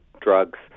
drugs